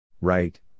Right